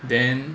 then